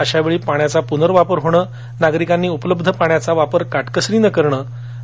अशावेळी पाण्याचा प्नर्वापर होणेनागरिकांनी उपलब्ध पाण्याचा वापर काटकसरीने करावा